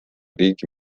riigi